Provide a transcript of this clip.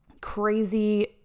crazy